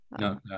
no